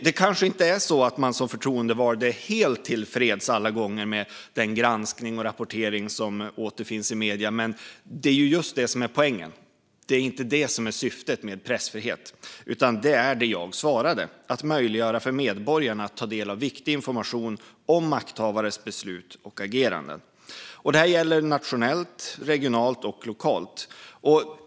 Det kanske inte är så att man som förtroendevald alla gånger är helt tillfreds med den granskning och rapportering som återfinns i medierna. Men det är inte det som är syftet och poängen med pressfrihet. Syftet är i stället det jag svarade: att möjliggöra för medborgarna att ta del av viktig information om makthavares beslut och ageranden. Detta gäller både nationellt, regionalt och lokalt.